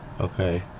okay